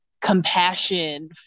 compassion